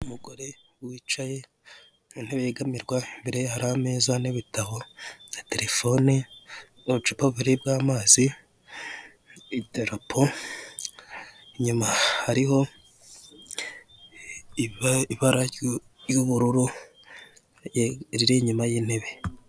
Umugore wicaye mu ntebe yegamirwa imbere ya hari ameza n'ibitabo na terefone n'ubucupa bubiri bw'amazi, idarapo inyuma hariho ibara ry'ubururu riri inyuma y'intebe.